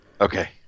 Okay